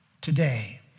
today